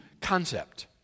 concept